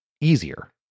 easier